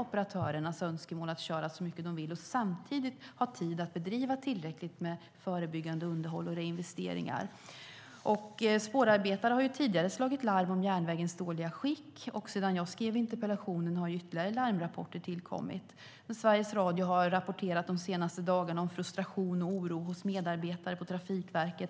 operatörernas önskemål att köra så mycket de vill och samtidigt ha tid att bedriva tillräckligt förebyggande underhåll och reinvesteringar. Spårarbetare har tidigare slagit larm om järnvägens dåliga skick, och sedan jag skrev interpellationen har ytterligare larmrapporter tillkommit. Sveriges Radio har de senaste dagarna rapporterat om frustration och oro hos medarbetare på Trafikverket.